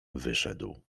wyszedł